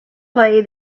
play